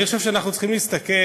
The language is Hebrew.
אני חושב שאנחנו צריכים להסתכל,